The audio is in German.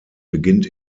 beginnt